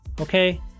Okay